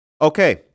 Okay